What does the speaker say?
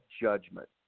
judgment